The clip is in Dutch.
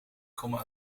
komen